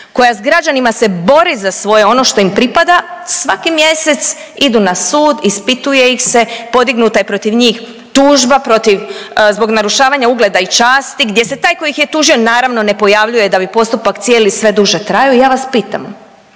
koja s građanima se bori za svoje, ono što im pripada, svaki mjesec idu na sud, ispituje ih se, podignuta je protiv njih tužba protiv zbog narušavanja ugleda i časti gdje se taj koji ih je tužio naravno ne pojavljuje da bi postupak cijeli sve duže trajao. I ja vas pitam